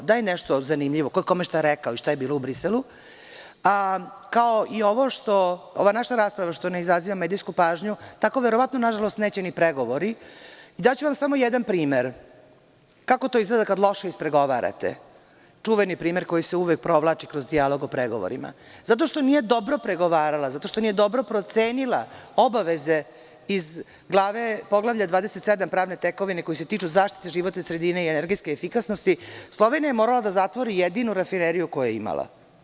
Dajte nešto zanimljivo, ko je kome šta rekao i šta je bilo u Briselu, a kao i što ova naša rasprava ne izaziva medijsku pažnju, tako verovatno nažalost neće ni pregovori i daću vam samo jedan primer kako to izgleda kada loše ispregovarate, čuveni primer koji se uvek provlači kroz dijalog o pregovorima – zato što nije dobro pregovarala i zato što nije dobro procenila obaveze iz Poglavlja 27 – pravne tekovine, koje se tiču zaštite životne sredine i energetske efikasnosti, Slovenija je morala da zatvori jedinu rafineriju koju je imala.